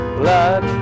blood